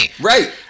right